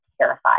terrified